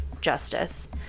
justice